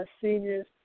seniors